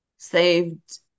Saved